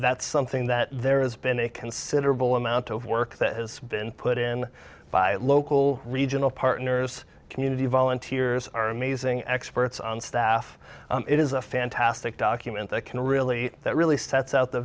that's something that there has been a considerable amount of work that has been put in by local regional partners community volunteers are amazing experts on staff it is a fantastic document that can really that really sets out the